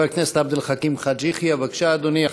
חבר הכנסת עבד אל חכים חאג' יחיא, בבקשה, אדוני.